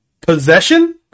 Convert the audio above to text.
Possession